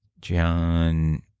John